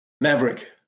Maverick